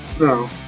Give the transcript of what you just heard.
no